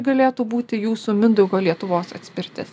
galėtų būti jūsų mindaugo lietuvos atspirtis